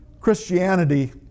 Christianity